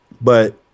But-